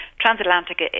transatlantic